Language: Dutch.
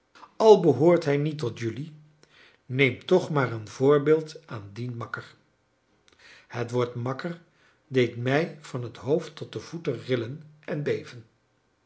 al behoort hij niet tot jelui neem toch maar een voorbeeld aan dien makker het woord makker deed mij van het hoofd tot de voeten rillen en beven